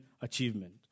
achievement